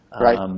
Right